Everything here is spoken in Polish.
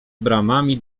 bramami